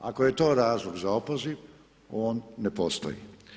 Ako je to razlog za opoziv, on ne postoji.